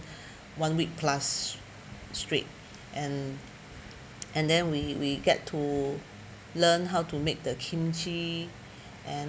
one week plus straight and and then we get to learn how to make the kimchi and